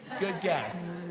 good guess.